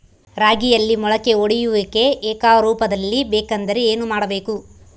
ರಾಗಿಯಲ್ಲಿ ಮೊಳಕೆ ಒಡೆಯುವಿಕೆ ಏಕರೂಪದಲ್ಲಿ ಇರಬೇಕೆಂದರೆ ಏನು ಮಾಡಬೇಕು?